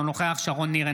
אינו נוכח שרון ניר,